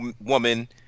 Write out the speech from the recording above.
woman